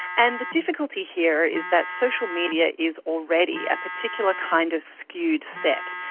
and the difficulty here is that social media is already a particular kind of skewed set.